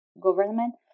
government